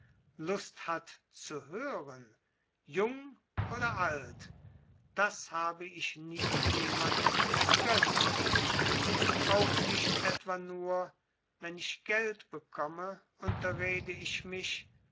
lust hat zu hören jung oder alt das habe ich nie jemandem mißgönnt auch nicht etwa nur wenn ich geld bekomme unterrede ich mich